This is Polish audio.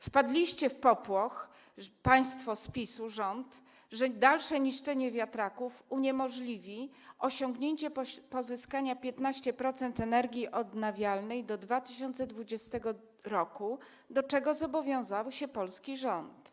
Wpadliście w popłoch, państwo z PiS-u, rząd, że dalsze niszczenie wiatraków uniemożliwi osiągnięcie pozyskania 15% energii odnawialnej do 2020 r., do czego zobowiązał się polski rząd.